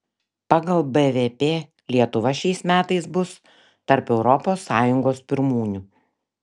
pagal bvp lietuva šiais metais bus tarp europos sąjungos pirmūnių